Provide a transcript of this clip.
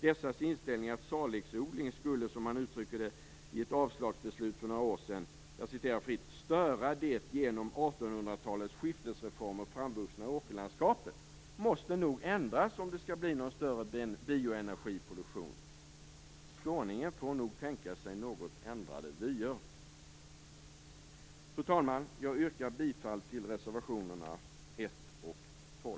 Dessa myndigheters inställning att salixodling skulle, som de uttrycker det i ett avslagsbeslut för några år sedan, störa det genom 1800-talets skiftesreformer framvuxna åkerlandskapet, måste nog ändras om det skall bli någon större bioenergiproduktion. Skåningen får nog tänka sig något ändrade vyer. Fru talman! Jag yrkar bifall till reservationerna 1